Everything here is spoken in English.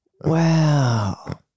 Wow